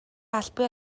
албан